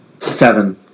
Seven